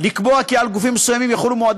לקבוע כי על גופים מסוימים יחולו מועדי